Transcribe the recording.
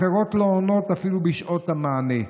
אחרות לא עונות אפילו בשעות המענה,